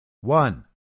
one